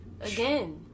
Again